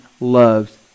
loves